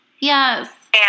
yes